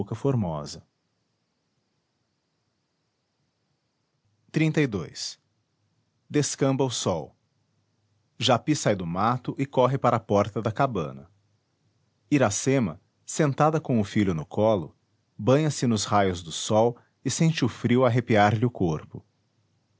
boca formosa descamba o sol japi sai do mato e corre para a porta da cabana iracema sentada com o filho no colo banha se nos raios do sol e sente o frio arrepiar lhe o corpo